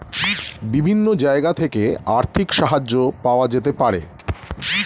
বিভিন্ন জায়গা থেকে আর্থিক সাহায্য পাওয়া যেতে পারে